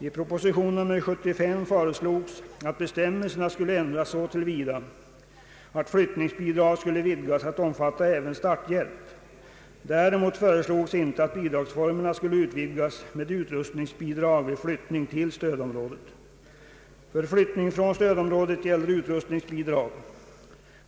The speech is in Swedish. I propositionen nr 75 föreslogs att bestämmelserna skulle ändras så till vida att flyttningsbidrag skulle vidgas att omfatta även starthjälp. Däremot föreslogs inte att bidragsformerna skulle utvidgas med utrustningsbidrag vid flyttning till stödområdet. För flyttning från stödområdet gäller utrustningsbidrag.